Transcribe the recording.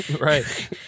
Right